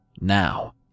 Now